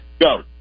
go